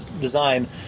design